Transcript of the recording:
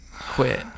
Quit